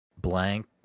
blank